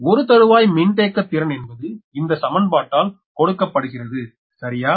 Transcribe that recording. எனவே ஒரு தறுவாய் மின்தேக்குத் திறன் என்பது இந்த சமன்பட்டால் கொடுக்கப்படுகிறது சரியா